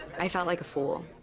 i felt like a fool.